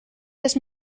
les